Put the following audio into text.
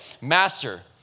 Master